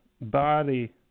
body